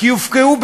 כי הופקעו,